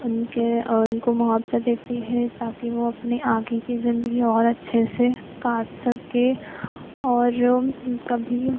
उनके उनको मुआवज़ा देती है ताकि वो अपने आगे की ज़िंदगी और अच्छे से काट सके और कभी